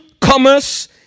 commerce